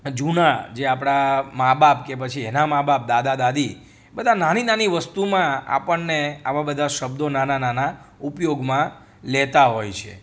જૂના જે આપડા માં બાપ કે પછી એના માં બાપ દાદા દાદી બધા નાની નાની વસ્તુમાં આપણને આવા બધા શબ્દો નાના નાના ઉપયોગમાં લેતા હોય છે